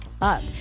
up